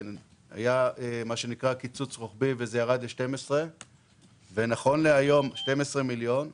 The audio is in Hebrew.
היה מה שנקרא קיצוץ רוחבי וזה ירד ל-12 מיליון שקלים.